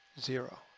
zero